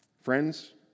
Friends